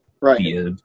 right